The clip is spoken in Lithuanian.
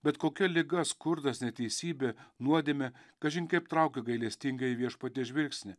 bet kokia liga skurdas neteisybė nuodėmė kažin kaip traukia gailestingąjį viešpaties žvilgsnį